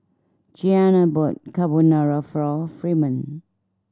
Jeana bought Carbonara Fremont